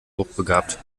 hochbegabt